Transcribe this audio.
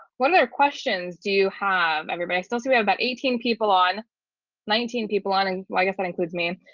what other questions do you have everybody still see we have about eighteen people on nineteen people on and like i said includes me.